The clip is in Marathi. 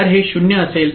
तर हे 0 असेल